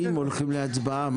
אם הולכים להצבעה,